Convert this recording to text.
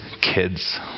kids